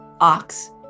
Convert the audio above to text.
ox